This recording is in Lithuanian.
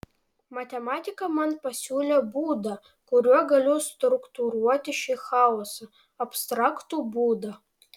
matematika man pasiūlė būdą kuriuo galiu struktūruoti šį chaosą abstraktų būdą